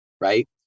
Right